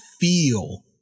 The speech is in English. feel